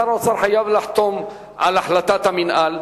שר האוצר חייב לחתום על החלטת המינהל,